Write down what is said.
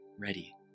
ready